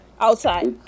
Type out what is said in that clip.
Outside